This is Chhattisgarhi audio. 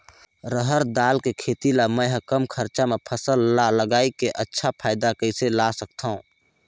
रहर दाल के खेती ला मै ह कम खरचा मा फसल ला लगई के अच्छा फायदा कइसे ला सकथव?